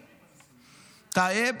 טייב,